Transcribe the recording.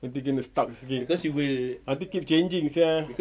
nanti kena stuck sikit nanti keep changing sia